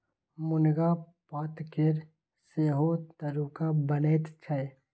मुनगा पातकेर सेहो तरुआ बनैत छै